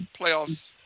playoffs